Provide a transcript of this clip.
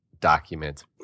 document